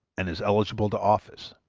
and is eligible to office.